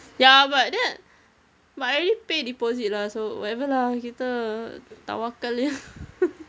ya but then but I already pay deposit lah so whatever lah kita tawakkal jer